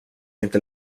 inte